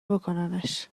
بکننش